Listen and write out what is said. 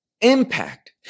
impact